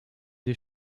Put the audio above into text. des